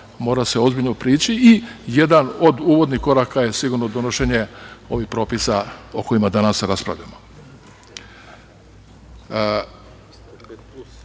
mora se ozbiljno prići i jedan od uvodnih koraka je sigurno donošenje ovih propisa o kojima danas raspravljamo. Želim